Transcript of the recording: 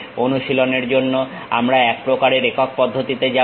অনুশীলনের জন্য আমরা এক প্রকারের একক পদ্ধতিতে যাবো